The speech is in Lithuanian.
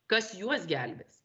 kas juos gelbės